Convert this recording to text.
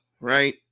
right